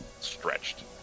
stretched